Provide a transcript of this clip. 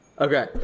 Okay